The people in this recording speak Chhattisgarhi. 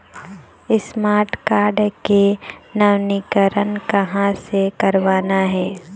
स्मार्ट कारड के नवीनीकरण कहां से करवाना हे?